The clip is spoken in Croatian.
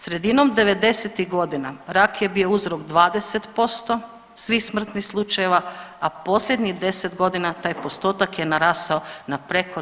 Sredinom devedesetih godina rak je bio uzrok 20% svih smrtnih slučajeva, a posljednjih deset godina taj postotak je narastao na preko 25%